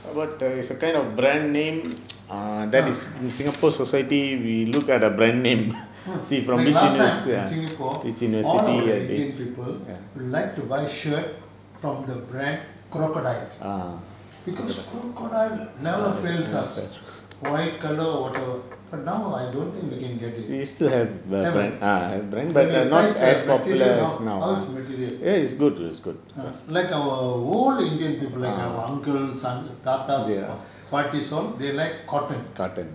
ah like last time in singapore all our indian people like to buy shirt from the brand Crocodile because Crocodile never fails us white colour whatever but now I don't think we can get it have ah when you touch the material how how's the material !huh! like our old indian people like our uncles thathas paatis paattis [one] they like cotton